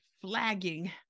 flagging